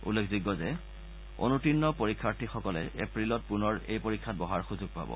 উল্লেখযোগ্য যে অনুতীৰ্ণ পৰীক্ষাৰ্থীসকলে এপ্ৰিলত পুনৰ এই পৰীক্ষাত বহাৰ সুযোগ পাব